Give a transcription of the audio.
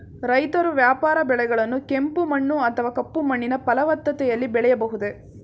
ರೈತರು ವ್ಯಾಪಾರ ಬೆಳೆಗಳನ್ನು ಕೆಂಪು ಮಣ್ಣು ಅಥವಾ ಕಪ್ಪು ಮಣ್ಣಿನ ಫಲವತ್ತತೆಯಲ್ಲಿ ಬೆಳೆಯಬಹುದೇ?